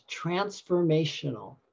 transformational